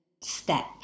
step